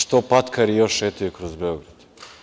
Što patkari još šetaju kroz Beograd?